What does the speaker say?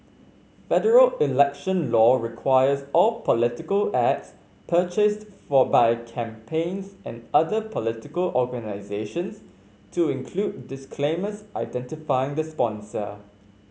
federal election law requires all political ads purchased for by campaigns and other political organisations to include disclaimers identifying the sponsor